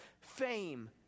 fame